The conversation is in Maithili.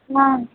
नहि